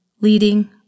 Leading